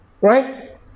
right